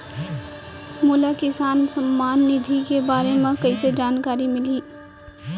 मोला किसान सम्मान निधि के बारे म कइसे जानकारी मिलही?